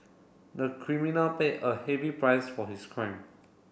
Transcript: the criminal paid a heavy price for his crime